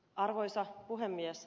arvoisa puhemies